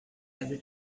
ever